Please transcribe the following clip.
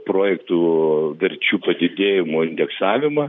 projektų verčių padidėjimo indeksavimą